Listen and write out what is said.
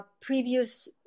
previous